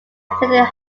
attended